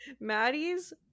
Maddie's